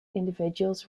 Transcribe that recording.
individuals